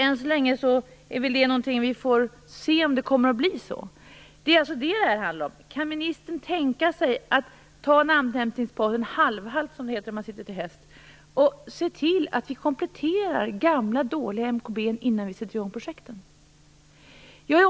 Än så länge får vi väl vänta och se om det kommer att bli så. Det är det det handlar om. Kan ministern tänka sig att ta en andhämtningspaus - en halvhalt, som det heter om man sitter till häst - och se till att gamla dåliga MKB:ar kompletteras innan projekten sätts i gång?